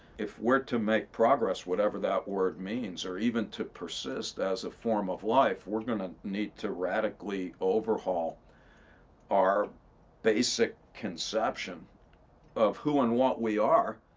if we're to make progress, whatever that word means, or even to persist as a form of life, we're gonna need to radically overhaul our basic conception of who and what we are,